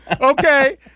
okay